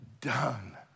done